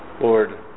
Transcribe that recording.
Lord